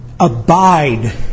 Abide